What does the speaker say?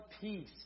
peace